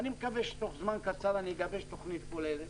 אני מקווה שתוך זמן קצר אני אגבש תוכנית כוללת,